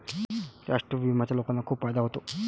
राष्ट्रीय विम्याचा लोकांना खूप फायदा होतो